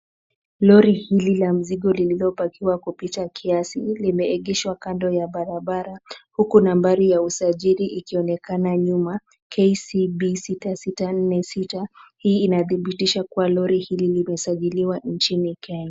Lori hili la mzigo lililopakiwa kupita kiasi limeegeshwa kando ya barabara huku nambari ya usajili ikionekana nyuma KCB 6646. Hii inadhibitisha kuwa lori hili limesajiliwa nchini Kenya.